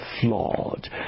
flawed